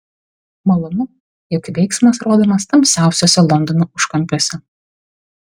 malonu jog veiksmas rodomas tamsiausiuose londono užkampiuose